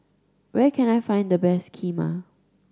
where can I find the best Kheema